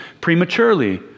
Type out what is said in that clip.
prematurely